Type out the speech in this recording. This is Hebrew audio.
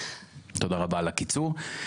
תודה רבה על הקיצור.